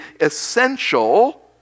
essential